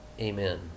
Amen